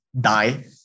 die